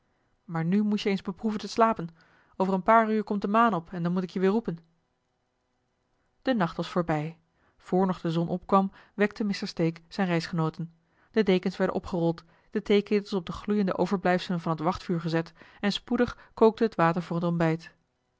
maar nu moest je eens beproeven te slapen over een paar uur komt de maan op en dan moet ik je weer roepen de nacht was voorbij voor nog de zon opkwam wekte mr stake zijne reisgenooten de dekens werden opgerold de theeketels op de eli heimans willem roda gloeiende overblijfselen van het wachtvuur gezet en spoedig kookte het water voor het ontbijt